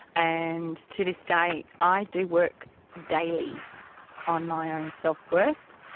and to this day i do work daily on my own self-worth,